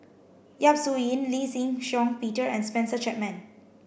Yap Su Yin Lee Shih Shiong Peter and Spencer Chapman